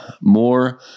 more